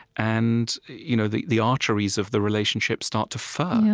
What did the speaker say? and you know the the arteries of the relationship start to fur